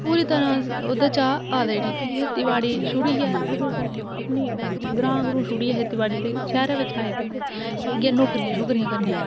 पूरी तरह ओह्दे चा आई गेदे उठी ते खेतीबाड़ी छुड़ियै हून ग्रांऽ छोड़ियै शैह्र आए दे हून इ'यै नौकरियां करने गी